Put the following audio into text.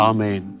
Amen